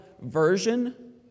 version